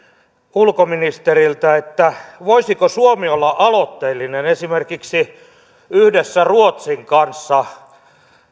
ulkoministeriltä voisiko suomi olla aloitteellinen esimerkiksi yhdessä ruotsin kanssa